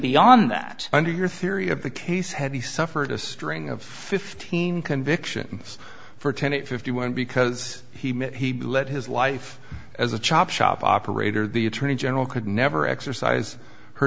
beyond that under your theory of the case had he suffered a string of fifteen conviction for tenet fifty one because he let his life as a chop shop operator the attorney general could never exercise her